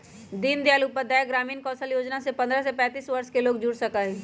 दीन दयाल उपाध्याय ग्रामीण कौशल योजना से पंद्रह से पैतींस वर्ष के लोग जुड़ सका हई